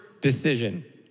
decision